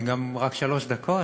אני, רק שלוש דקות.